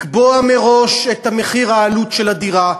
לקבוע מראש את מחיר העלות של הדירה,